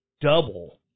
double